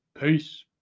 Peace